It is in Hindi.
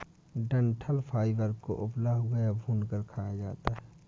डंठल फाइबर को उबला हुआ या भूनकर खाया जाता है